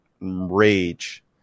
rage